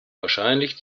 wahrscheinlich